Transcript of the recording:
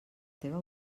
teva